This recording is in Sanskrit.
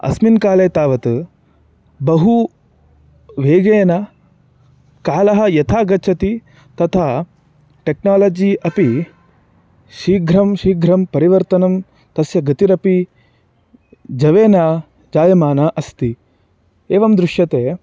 अस्मिन् काले तावत् बहु वेगेन कालः यथा गच्छति तथा टेक्नालजी अपि शीघ्रं शीघ्रं परिवर्तनं तस्य गतिरपि जवेन जायमाना अस्ति एवं दृश्यते